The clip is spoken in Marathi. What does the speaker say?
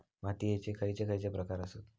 मातीयेचे खैचे खैचे प्रकार आसत?